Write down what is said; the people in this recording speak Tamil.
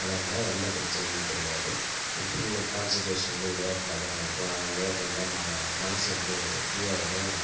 விளையாண்டா எந்தப் பிரச்சினையுமே தெரியாது ஃபுல் கான்சென்ட்ரேஷன் வந்து விளையாட்டில்தான் இருக்கும் அதனால் விளையாட்டு வந்தால் மனது வந்து ஃபிரீ ஆகிடும்